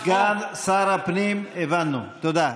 סגן שר הפנים, הבנו, תודה.